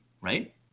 Right